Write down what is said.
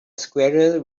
squirrel